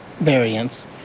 variants